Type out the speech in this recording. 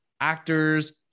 actors